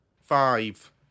Five